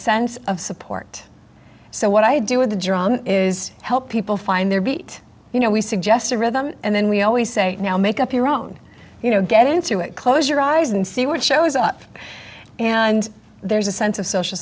sense of support so what i do with the drama is help people find their beat you know we suggest a rhythm and then we always say now make up your own you know get into it close your eyes and see what shows up and there's a sense of so